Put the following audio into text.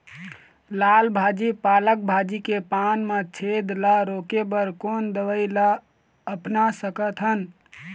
लाल भाजी पालक भाजी के पान मा छेद ला रोके बर कोन दवई ला अपना सकथन?